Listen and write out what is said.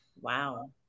Wow